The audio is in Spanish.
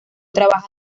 trabaja